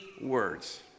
words